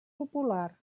popular